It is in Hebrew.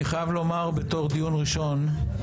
אני חייב לומר שבתור דיון ראשון זה היה מאוד מקצועי,